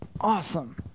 awesome